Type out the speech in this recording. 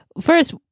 first